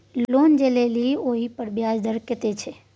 loan जे लेलही ओहिपर ब्याज दर कतेक छौ